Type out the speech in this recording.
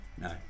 no